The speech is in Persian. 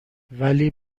ولی